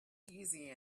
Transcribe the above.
easy